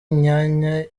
imyanya